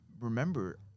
remember